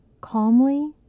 Calmly